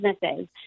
businesses